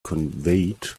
conveyed